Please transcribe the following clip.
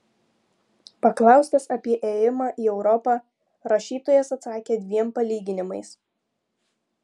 paklaustas apie ėjimą į europą rašytojas atsakė dviem palyginimais